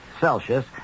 Celsius